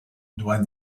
doit